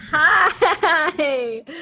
hi